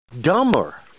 dumber